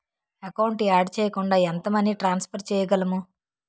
Account add చేయకుండా ఎంత money transfer చేయగలము?